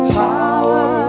power